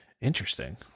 Interesting